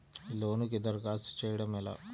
లోనుకి దరఖాస్తు చేయడము ఎలా?